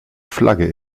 flagge